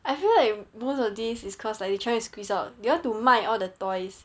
I feel like most of these is cause like they try to squeeze out they want to 卖 all the toys